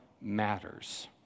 matters